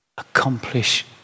accomplish